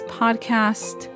podcast